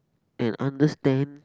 and understand